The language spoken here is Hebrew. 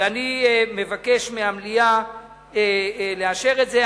ואני מבקש מהמליאה לאשר את זה.